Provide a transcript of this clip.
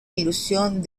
ilusión